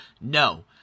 No